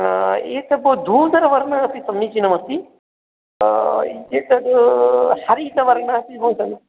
एतत् धूसरवर्णः अपि समीचीनम् अस्ति एतत् हरितवर्णः अपि बहुसमी